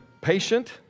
patient